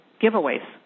giveaways